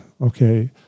okay